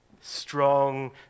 Strong